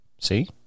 See